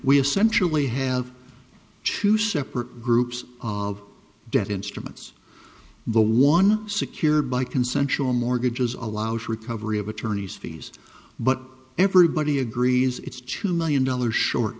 we essentially have to separate groups of debt instruments the one secured by consensual mortgages allows recovery of attorneys fees but everybody agrees it's two million dollars short